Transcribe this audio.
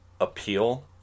appeal